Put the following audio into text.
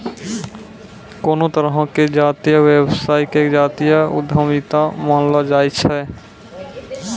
कोनो तरहो के जातीय व्यवसाय के जातीय उद्यमिता मानलो जाय छै